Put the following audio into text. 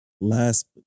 Last